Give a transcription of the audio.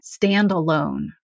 standalone